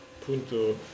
Punto